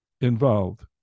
involved